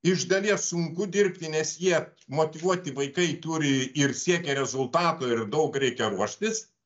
iš dalies sunku dirbti nes jie motyvuoti vaikai turi ir siekia rezultato ir daug reikia ruoštis